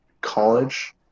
college